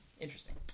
Interesting